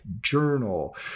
journal